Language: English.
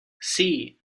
see